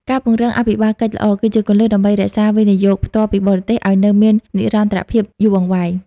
ការពង្រឹង "អភិបាលកិច្ចល្អ" គឺជាគន្លឹះដើម្បីរក្សា វិនិយោគផ្ទាល់ពីបរទេស ឱ្យនៅមាននិរន្តរភាពយូរអង្វែង។